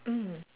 mm